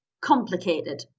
Complicated